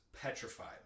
petrified